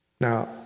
Now